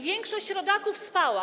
Większość rodaków spała.